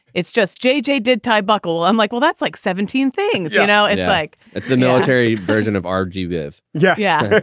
it's just jj did ty buckle? i'm like, well, that's like seventeen things, you know, it's like it's the military version of r g. give yeah, yeah.